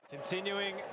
Continuing